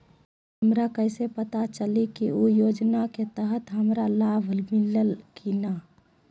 हमरा कैसे पता चली की उ योजना के तहत हमरा लाभ मिल्ले की न?